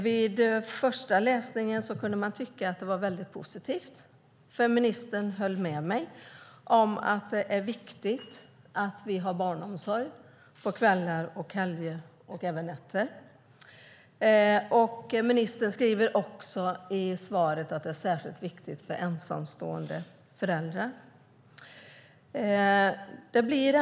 Vid den första läsningen kunde man tycka att det var väldigt positivt, för ministern höll med mig om att det är viktigt att vi har barnomsorg på kvällar, helger och även nätter. Ministern skriver också att det är särskilt viktigt för ensamstående föräldrar.